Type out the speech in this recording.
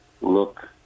look